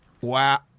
Wow